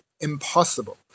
impossible